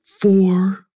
four